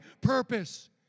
purpose